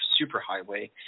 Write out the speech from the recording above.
superhighway